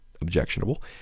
objectionable